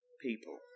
people